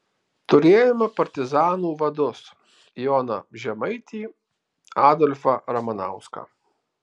turėjome partizanų vadus joną žemaitį adolfą ramanauską